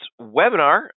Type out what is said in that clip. webinar